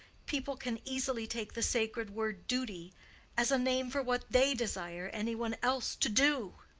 people can easily take the sacred word duty as a name for what they desire any one else to do.